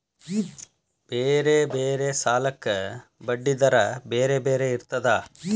ಬೇರೆ ಬೇರೆ ಸಾಲಕ್ಕ ಬಡ್ಡಿ ದರಾ ಬೇರೆ ಬೇರೆ ಇರ್ತದಾ?